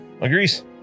agrees